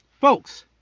Folks